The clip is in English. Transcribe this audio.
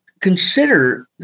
consider